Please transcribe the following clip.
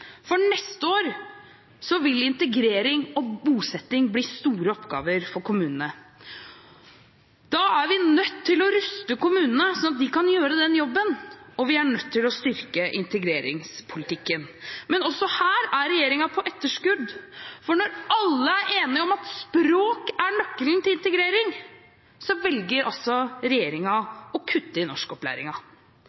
Neste år vil integrering og bosetting bli store oppgaver for kommunene. Da er vi nødt til å ruste kommunene slik at de kan gjøre den jobben, og vi er nødt til å styrke integreringspolitikken. Men også her er regjeringen på etterskudd. For når alle er enige om at språk er nøkkelen til integrering, så velger regjeringen å kutte i